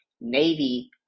Navy